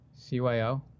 CYO